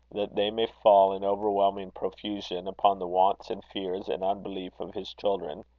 that they may fall in overwhelming profusion upon the wants and fears and unbelief of his children.